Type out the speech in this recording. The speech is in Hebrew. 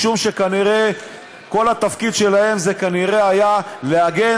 משום שכנראה כל התפקיד שלהם היה כנראה להגן